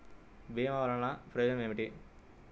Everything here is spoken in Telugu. భీమ వల్లన ప్రయోజనం ఏమిటి?